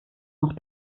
noch